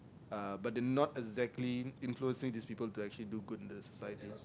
uh but they not exactly influencing these people to actually do good to the society